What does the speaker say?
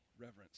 reverence